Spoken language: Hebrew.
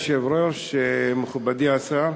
אדוני היושב-ראש, מכובדי השר,